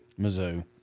Mizzou